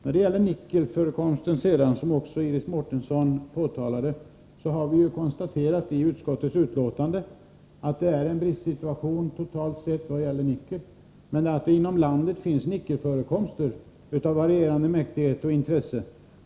Iris Mårtensson påtalade också nickelförekomsten. Vi har i utskottets betänkande konstaterat att vi har en bristsituation totalt sett vad gäller nickel, men att det inom landet finns nickelförekomster av varierande mäktighet och intresse.